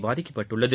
பாதிக்கப்பட்டுள்ளது